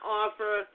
offer